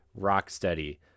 Rocksteady